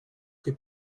che